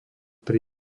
pri